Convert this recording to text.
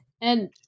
And-